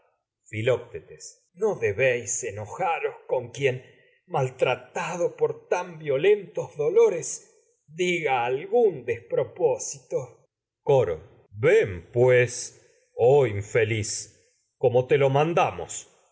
filoctetes no debéis enojaros tado por con quien maltra tan violentos dolores diga algún despropósito coro damos ven pues oh infeliz como te lo